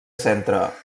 centra